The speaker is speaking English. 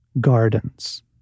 gardens